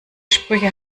sprüche